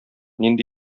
нинди